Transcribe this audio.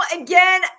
again